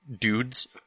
dudes